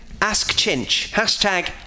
#AskChinch